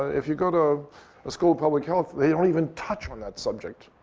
if you go to a school of public health, they don't even touch on that subject.